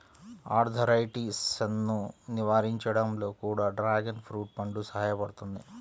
ఆర్థరైటిసన్ను నివారించడంలో కూడా డ్రాగన్ ఫ్రూట్ పండు సహాయపడుతుంది